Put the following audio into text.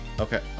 Okay